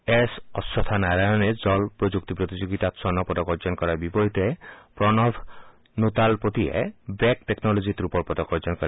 S Ashwatha নাৰায়ণে জল প্ৰযুক্তি প্ৰতিযোগিতাত স্বৰ্ণ পদক অৰ্জন কৰাৰ বিপৰীতে প্ৰণভ ন্তালাপতিয়ে ৱেব টেকনলজিত ৰূপৰ পদক অৰ্জন কৰে